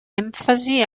èmfasi